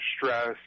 stress